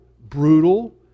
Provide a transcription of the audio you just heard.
brutal